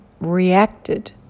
reacted